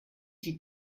die